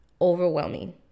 overwhelming